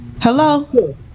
hello